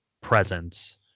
presence